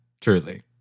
truly